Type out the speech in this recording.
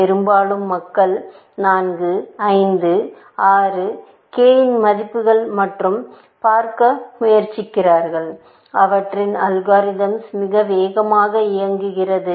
பெரும்பாலும் மக்கள் 4 5 6 k இன் மதிப்புகள் மற்றும் பார்க்கும் முயற்சிகள் அவற்றின் அல்காரிதம்ஸ் மிக வேகமாக இயங்குகிறது